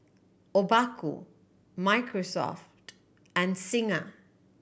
Obaku Microsoft and Singha